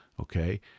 okay